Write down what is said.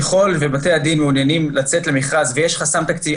ככל שבתי הדין מעוניינים לצאת למכרז ויש חסם תקציבי,